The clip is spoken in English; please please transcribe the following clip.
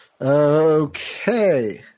Okay